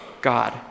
God